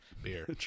beer